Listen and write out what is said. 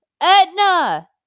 Etna